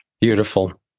Beautiful